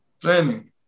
Training